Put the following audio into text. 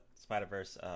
Spider-Verse